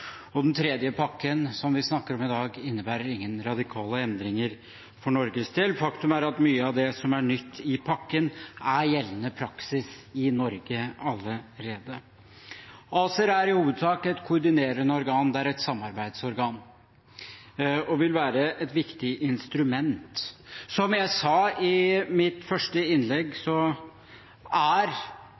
implementert. Den tredje pakken, som vi snakker om i dag, innebærer ingen radikale endringer for Norges del. Faktum er at mye av det som er nytt i pakken, er gjeldende praksis i Norge allerede. ACER er i hovedsak et koordinerende organ, det er et samarbeidsorgan, og vil være et viktig instrument. Som jeg sa i mitt første innlegg, er